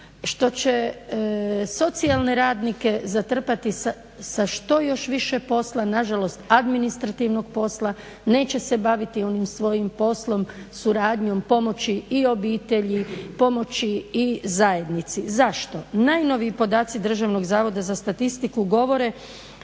što će socijalne radnike zatrpati sa što još više posla, nažalost administrativnog posla, neće se baviti onim svojim poslom, suradnjom, pomoći i obitelji pomoći i zajednici. Zašto? Najnoviji podaci Državnog zavoda za statistiku govore